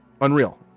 unreal